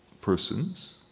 persons